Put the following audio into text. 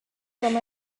came